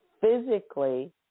physically